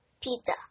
Pizza